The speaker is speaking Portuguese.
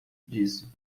disso